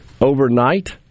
overnight